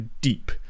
Deep